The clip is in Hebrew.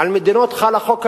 על מדינות חל החוק הבין-לאומי.